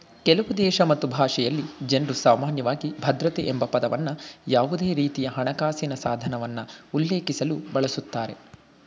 ಕೆಲವುದೇಶ ಮತ್ತು ಭಾಷೆಯಲ್ಲಿ ಜನ್ರುಸಾಮಾನ್ಯವಾಗಿ ಭದ್ರತೆ ಎಂಬಪದವನ್ನ ಯಾವುದೇರೀತಿಯಹಣಕಾಸಿನ ಸಾಧನವನ್ನ ಉಲ್ಲೇಖಿಸಲು ಬಳಸುತ್ತಾರೆ